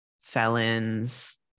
felons